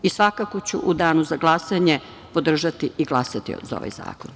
Svakako ću u danu za glasanje podržati i glasati za ovaj zakon.